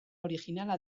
originala